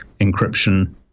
encryption